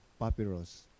papyrus